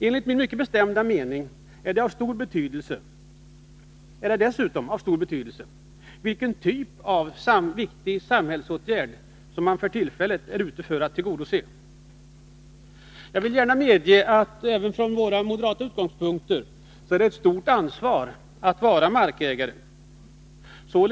Enligt min mycket bestämda mening är det dessutom av stor betydelse vilken typ av samhällsintresse man för tillfället är ute efter att tillgodose. Utan tvivel innebär det ett stort ansvar att vara markägare.